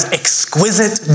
exquisite